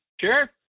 Sure